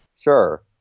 Sure